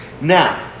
Now